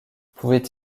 pouvait